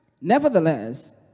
Nevertheless